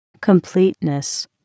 completeness